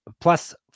plus